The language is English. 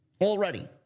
Already